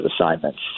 assignments